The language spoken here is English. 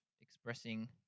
expressing